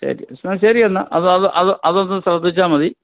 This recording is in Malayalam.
ശരി ആ ശരിയെന്നാൽ അത് അത് അത് അതൊന്ന് ശ്രദ്ധിച്ചാൽ മതി